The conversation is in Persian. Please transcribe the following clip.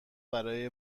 برای